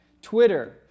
Twitter